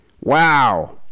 Wow